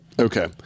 Okay